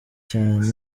cyane